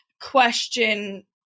question